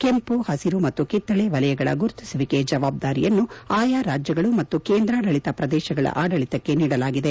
ಕೆಂಪು ಹಸಿರು ಮತ್ತು ಕಿತ್ತಳೆ ವಲಯಗಳ ಗುರುತಿಸುವಿಕೆ ಜವಾಬ್ದಾರಿಯನ್ನು ಆಯಾ ರಾಜ್ಲಗಳು ಮತ್ತು ಕೇಂದ್ರಾಡಳಿತ ಪ್ರದೇಶಗಳ ಆಡಳಿತಕ್ಕೆ ನೀಡಲಾಗಿದೆ